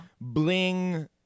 bling